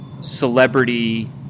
Celebrity